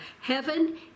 Heaven